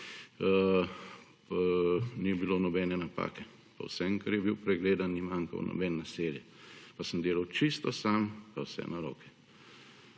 ni bilo nobene napake. Po vsem, kar je bil pregledan, ni manjkalo nobeno naselje, pa sem delal čisto sam, pa vse na roke.